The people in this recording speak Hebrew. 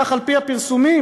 כך על-פי הפרסומים,